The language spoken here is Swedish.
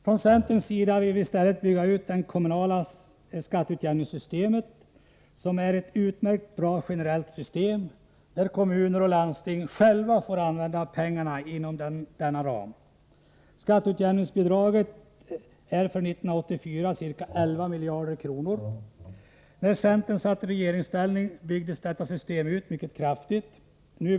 Från centerns sida vill vi också bygga ut det kommunala skatteutjämningssystemet, som är ett utmärkt generellt system, där kommuner och landsting själva får använda pengarna inom den angivna ramen. Skatteutjämningsbidraget är för 1984 ca 11 miljarder kronor. När centern satt i regeringsställning byggdes detta system ut mycket kraftigt.